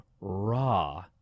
Raw